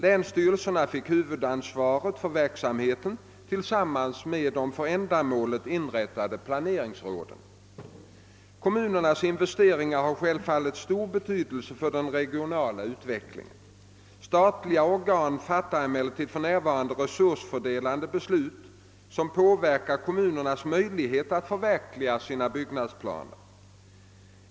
Länsstyrelserna fick huvudansvaret för verksamheten tillsammans med de för ändamålet inrättade planeringsråden. Kommunernas investeringar har självfallet stor betydelse för den regionala utvecklingen. Statliga organ fattar emellertid för närvarande resursfördelande beslut som påverkar kommunernas möjligheter att förverkliga sina utbyggnadsplaner.